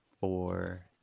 four